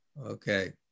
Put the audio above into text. Okay